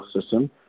system